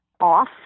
off